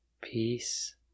Peace